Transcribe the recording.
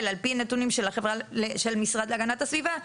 על פי נתונים של המשרד להגנת הסביבה,